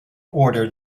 order